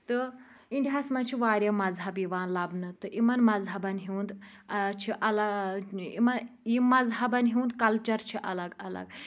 تہٕ اِنڈیاہَس منٛز چھِ واریاہ مذہب یِوان لَبنہٕ تہٕ یِمَن مذہبَن ہُنٛد چھُ یِم مزہبن ہُنٛد کَلچَر چھُ الگ الگ